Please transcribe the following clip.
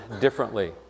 differently